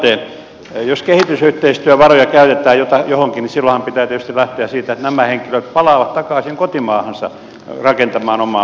jos kehitysyhteistyövaroja käytetään johonkin niin silloinhan pitää tietysti lähteä siitä että nämä henkilöt palaavat takaisin kotimaahansa rakentamaan omaa maataan